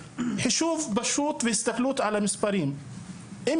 לפי הסתכלות על המספרים וחישוב פשוט,